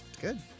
good